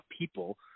people